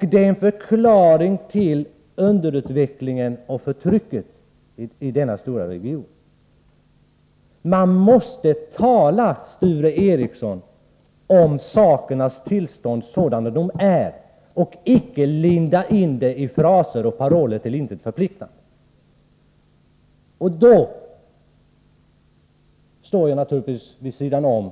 Det är en förklaring till underutvecklingen och förtrycket i denna stora region. Man måste, Sture Ericson, tala om sakernas tillstånd sådant det är och icke linda in det i till intet förpliktande fraser och paroller. Då står jag naturligtvis vid sidan om